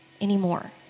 anymore